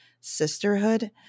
sisterhood